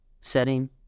setting